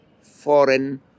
foreign